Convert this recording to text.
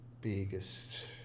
biggest